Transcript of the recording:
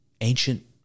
ancient